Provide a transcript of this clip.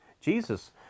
Jesus